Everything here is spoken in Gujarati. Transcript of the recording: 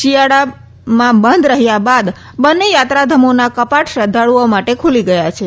શિયાળામાં બંધ રહ્યા બાદ બંને યાત્રાધામોના કપાટ શ્રદ્ધાળુઓ માટે ખુલી ગયા છે